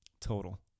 Total